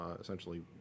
essentially